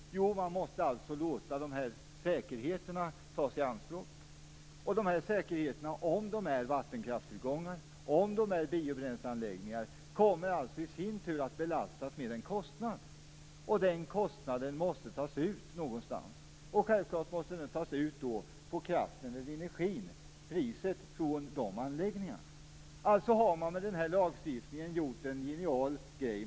Jo, man måste låta säkerheterna tas i anspråk. Säkerheterna, om de är vattenkraftstillgångar eller biobränsleanläggningar, kommer alltså i sin tur att belastas med en kostnad. Den kostnaden måste tas ut någonstans. Självfallet måste den tas ut på priset på kraften eller energin. Man har med denna lagstiftning gjort en genial grej.